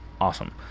awesome